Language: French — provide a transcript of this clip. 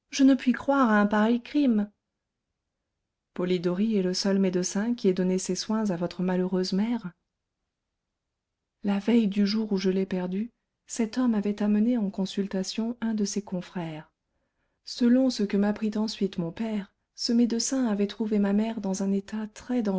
je ne puis croire à un pareil crime polidori est le seul médecin qui ait donné ses soins à votre malheureuse mère la veille du jour où je l'ai perdue cet homme avait amené en consultation un de ses confrères selon ce que m'apprit ensuite mon père ce médecin avait trouvé ma mère dans un état